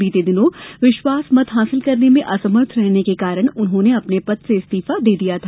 बीते दिनों विश्वासमत हासिल करने में असमर्थ रहने के कारण उन्होंने अपने पद से इस्तीफा दे दिया था